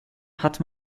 hat